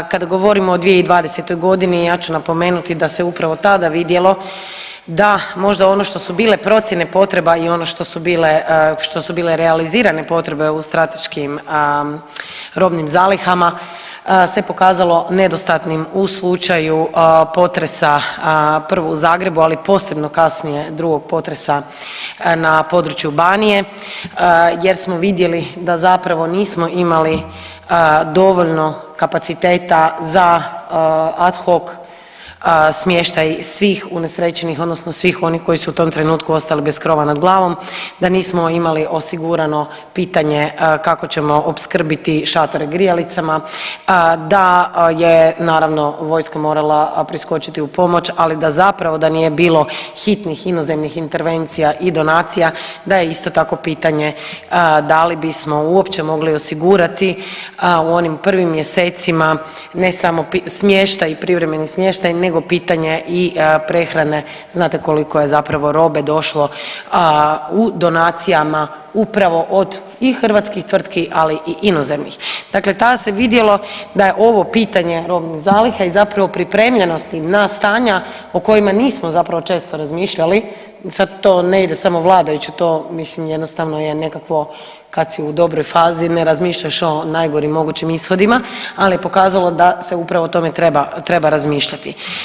Kada govorimo o 2020.g. ja ću napomenuti da se upravo tada vidjelo da možda ono što su bile procijene potreba i ono što su bile, što su bile realizirane potrebe u strateškim robnim zalihama se pokazalo nedostatnim u slučaju potresa prvo u Zagrebu, ali posebno kasnije drugog potresa na području Banije jer smo vidjeli da zapravo nismo imali dovoljno kapaciteta za ad hoc smještaj svih unesrećenih odnosno svih onih koji su u tom trenutku ostali bez krova nad glavom, da nismo imali osigurano pitanje kako ćemo opskrbiti šatore grijalicama, da je naravno vojska morala priskočiti u pomoć, ali da zapravo da nije bilo hitnih inozemnih intervencija i donacija da je isto tako pitanje da li bismo uopće mogli osigurati u onim prvim mjesecima ne samo smještaj i privremeni smještaj nego pitanje i prehrane, znate koliko je zapravo robe došlo u donacijama upravo od i hrvatskih tvrtki, ali i inozemnim, dakle tada se vidjelo da je ovo pitanje robnih zaliha i zapravo pripremljenosti na stanja o kojima nismo zapravo često razmišljali, sad to ne ide samo vladajućim, to mislim jednostavno je nekakvo kad si u dobroj fazi ne razmišljaš o najgorim mogućim ishodima, ali je pokazalo da se upravo o tome treba, treba razmišljati.